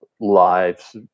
lives